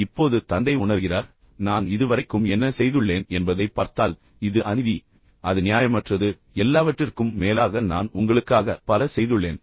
இப்போது தந்தை உணர்கிறார் நான் இது வரைக்கும் என்ன செய்துள்ளேன் என்பதை பார்த்தால் இது அநீதி அவர் கூறுகிறார் அது நியாயமற்றது எல்லாவற்றிற்கும் மேலாக நான் உங்களுக்காக பல செய்துள்ளேன்